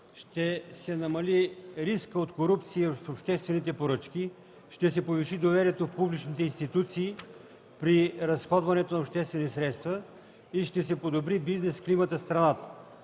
ще се намали рискът от корупция в обществените поръчки, ще се повиши доверието в публичните институции при разходването на обществени средства и ще се подобри бизнес климата в страната.